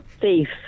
Thief